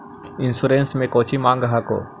Insurance मे कौची माँग हको?